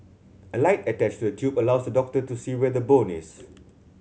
a light attached to the tube allows the doctor to see where the bone is